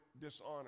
dishonor